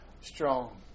strong